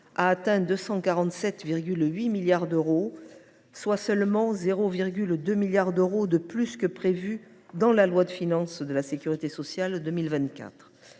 a atteint 247,8 milliards d’euros, soit seulement 0,2 milliard d’euros de plus que prévu en loi de financement de la sécurité sociale pour